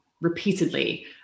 repeatedly